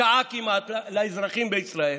שעה כמעט לאזרחים בישראל,